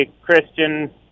Christian